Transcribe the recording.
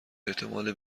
احتمال